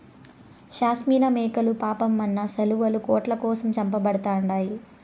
షాస్మినా మేకలు పాపం మన శాలువాలు, కోట్ల కోసం చంపబడతండాయి